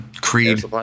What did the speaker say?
Creed